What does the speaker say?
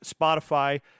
Spotify